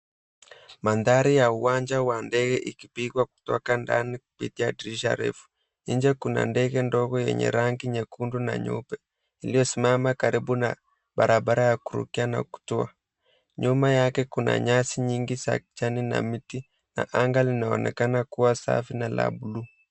Mandhari ya uwanja wa ndege ikipigwa kutoka ndani kupitia dirisha refu. Nje kuna ndege ndogo yenye rangi nyekundu na nyeupe iliyosimama karibu na barabara ya kurukia na kutoa. Nyuma yake kuna nyasi nyingi za kijani na miti na anga linaonekana kuwa safi na la buluu.